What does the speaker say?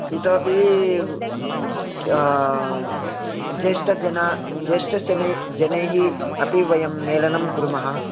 इतोपि ज्येष्ठजना ज्येष्ठ जनैः अपि वयं मेलनं कुर्मः